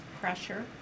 pressure